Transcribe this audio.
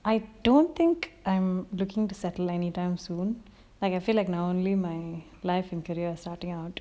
I don't think I'm looking to settle anytime soon like I feel like now only my life and career starting out